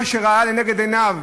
מה שהוא ראה לנגד עיניו,